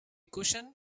cushion